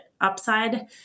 upside